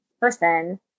person